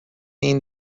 این